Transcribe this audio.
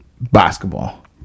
basketball